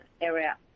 area